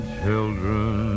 children